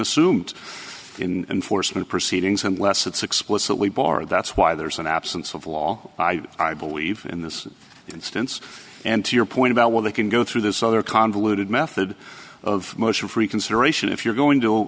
assumed in and for some of the proceedings unless it's explicitly bar that's why there's an absence of law i believe in this instance and to your point about well they can go through this other convoluted method of motion for reconsideration if you're going to